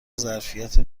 ظرفیت